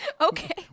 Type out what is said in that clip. Okay